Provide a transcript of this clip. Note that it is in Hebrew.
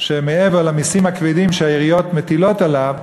מעבר למיסים הכבדים שהעיריות מטילות עליו,